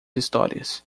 histórias